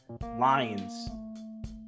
Lions